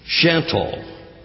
Gentle